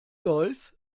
golf